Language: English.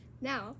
Now